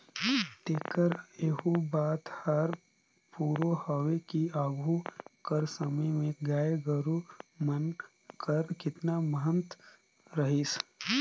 तेकर एहू बात हर फुरों हवे कि आघु कर समे में गाय गरू मन कर केतना महत रहिस